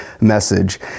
message